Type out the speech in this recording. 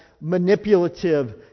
manipulative